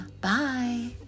Bye